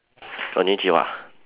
konnichiwa